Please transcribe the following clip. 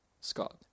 Scott